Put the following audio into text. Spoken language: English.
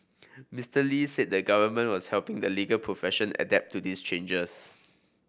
Mister Lee said the government was helping the legal profession adapt to these changes